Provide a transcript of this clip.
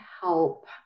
help